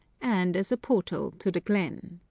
and as a portal to the glen.